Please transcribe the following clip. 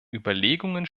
überlegungen